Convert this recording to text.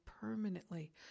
permanently